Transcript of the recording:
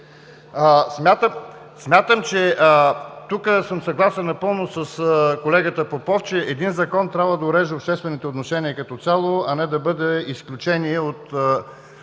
източници. Тук съм съгласен напълно с колегата Попов, че един закон трябва да урежда обществените отношения като цяло, а не да бъде изключение –